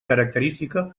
característica